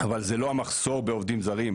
אבל זה לא המחסור בעובדים זרים,